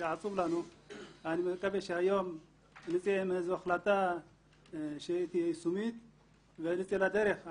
אני מקווה שהיום נצא עם החלטה שתהיה יישומית ואז נצא לדרך.